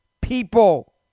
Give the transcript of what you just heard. people